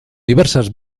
diversas